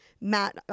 Matt